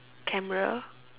camera